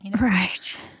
Right